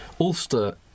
Ulster